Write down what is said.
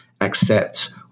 accept